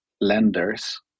lenders